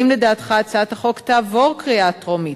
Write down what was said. האם לדעתך הצעת החוק תעבור קריאה טרומית,